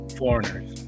foreigners